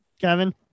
Kevin